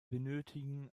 benötigen